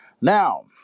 Now